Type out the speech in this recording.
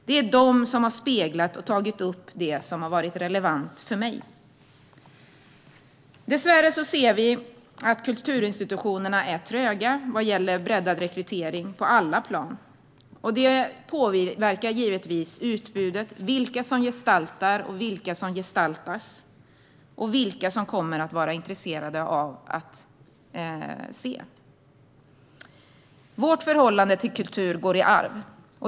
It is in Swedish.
Det är de som har speglat och tagit upp det som har varit relevant för mig. Dessvärre ser vi att kulturinstitutionerna är tröga vad gäller breddad rekrytering på alla plan. Det påverkar givetvis utbudet, vilka som gestaltar, vilka som gestaltas och vilka som kommer att vara intresserade av att ta del av detta. Vårt förhållande till kultur går i arv.